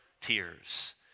tears